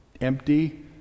empty